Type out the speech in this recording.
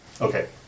Okay